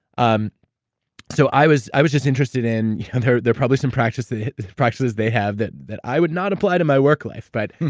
um so, i was i was just interested in and there're probably some practices practices they have that that i would not apply to my work life. but,